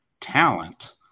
talent